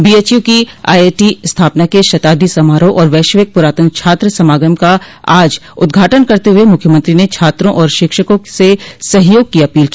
BHU की IIT स्थापना के शताब्दी समारोह और वैश्विक पुरातन छात्र समागम का आज उद्घाटन करते हुए मुख्यमंत्री ने छात्रों और शिक्षकों से सहयोग की अपील की